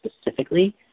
specifically